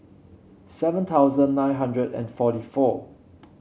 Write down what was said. seven thousand nine hundred and forty four